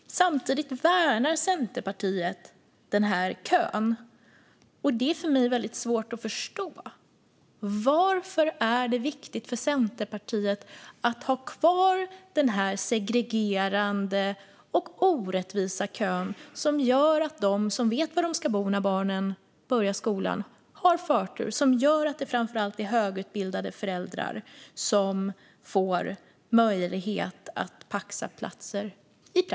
Samtidigt värnar Centerpartiet denna kö. Det är för mig väldigt svårt att förstå. Varför är det viktigt för Centerpartiet att ha kvar den segregerande och orättvisa kön, som gör att de som vet var de ska bo när barnen börjar skolan har förtur och som gör att det i praktiken framför allt är högutbildade föräldrar som får möjlighet att paxa platser?